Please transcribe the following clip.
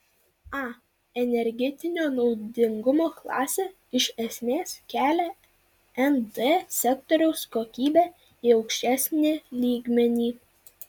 a energetinio naudingumo klasė iš esmės kelia nt sektoriaus kokybę į aukštesnį lygmenį